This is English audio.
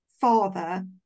father